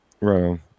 Right